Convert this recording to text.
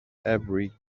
every